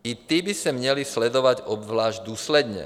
I ti by se měli sledovat obzvlášť důsledně.